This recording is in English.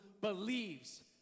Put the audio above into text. believes